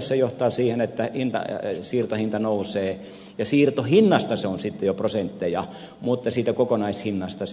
se johtaa siihen että siirtohinta nousee ja siirtohinnasta se on sitten jo prosentteja mutta kokonaishinnasta